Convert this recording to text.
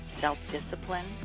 self-discipline